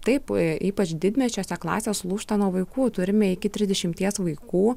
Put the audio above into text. taip ypač didmiesčiuose klasės lūžta nuo vaikų turime iki trisdešimties vaikų